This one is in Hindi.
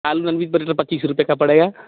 आलू नान बीस से पच्चीस रुपये का पड़ेगा